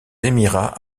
émirats